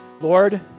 Lord